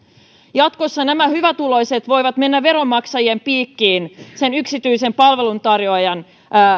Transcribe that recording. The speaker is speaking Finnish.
jatkossa nämä hyvätuloiset voivat mennä veronmaksajien piikkiin sen yksityisen palveluntarjoajan